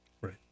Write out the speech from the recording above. Right